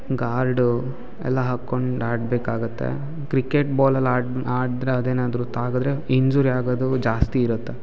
guard ಎಲ್ಲ ಹಾಕೊಂಡು ಆಡಬೇಕಾಗತ್ತೆ ಕ್ರಿಕೆಟ್ ಬಾಲಲ್ಲಿ ಆಡ್ ಆಡಿದ್ರೆ ಅದೇನಾದರೂ ತಾಗಿದ್ರೆ ಇಂಜುರಿ ಆಗೋದು ಜಾಸ್ತಿ ಇರುತ್ತೆ